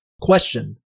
Question